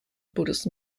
buddhist